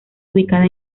ubicada